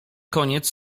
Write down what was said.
koniec